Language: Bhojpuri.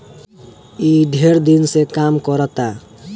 ई ढेर दिन से काम करता